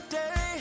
day